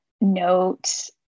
note